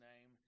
name